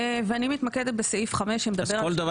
ואני מתמקדת בסעיף 5 שמדבר -- כל דבר